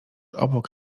obok